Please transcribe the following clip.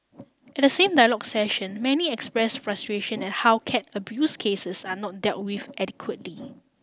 at the same dialogue session many express frustration at how cat abuse cases are not dealt with adequately